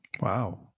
wow